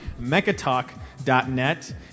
mechatalk.net